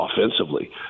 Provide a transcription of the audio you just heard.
offensively